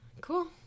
Cool